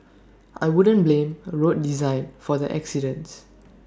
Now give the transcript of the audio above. I wouldn't blame road design for the accidents